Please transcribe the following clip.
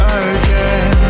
again